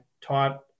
taught